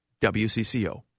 WCCO